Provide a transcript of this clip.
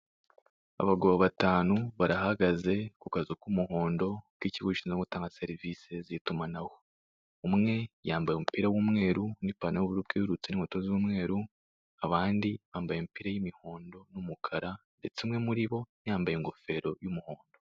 Abagabo batanu barahagaze, ku kazu k'umuhondo k'ikigo gishinzwe gutanga serivisi z'itumanaho. Umwe yambaye umupira w'umweru n'ipantaro y'ubururu bwererutse, abandi bambaye imipira y'imihondo n'umukara, ndetse umwe muri bo yambaye ingofero y'umuhondo.